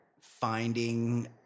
finding